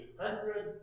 hundred